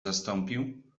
zastąpił